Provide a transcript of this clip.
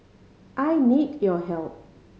I need your help